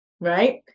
right